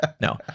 No